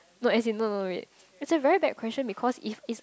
no as in no no wait it's a very bad question because if it's